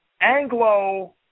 Anglo